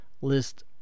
list